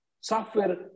Software